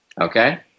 Okay